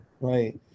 right